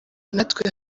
natwe